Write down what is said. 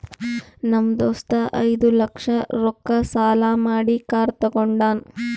ನಮ್ ದೋಸ್ತ ಐಯ್ದ ಲಕ್ಷ ರೊಕ್ಕಾ ಸಾಲಾ ಮಾಡಿ ಕಾರ್ ತಗೊಂಡಾನ್